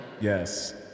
yes